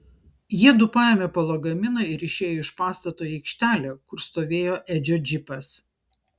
jiedu paėmė po lagaminą ir išėjo iš pastato į aikštelę kur stovėjo edžio džipas